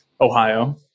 Ohio